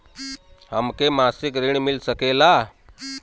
हमके मासिक ऋण मिल सकेला?